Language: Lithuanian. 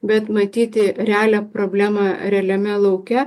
bet matyti realią problemą realiame lauke